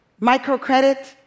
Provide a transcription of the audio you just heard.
microcredit